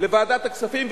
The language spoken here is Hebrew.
לוועדת הכספים,